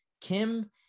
Kim